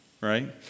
right